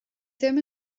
ddim